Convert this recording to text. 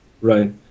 Right